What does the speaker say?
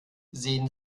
sehen